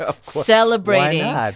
celebrating